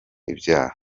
ibyaha